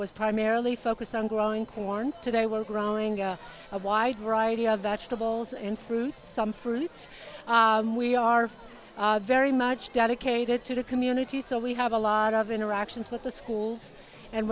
was primarily focused on growing corn today we're growing a wide variety of vegetables and fruit some fruit and we are very much dedicated to the community so we have a lot of interactions with the school and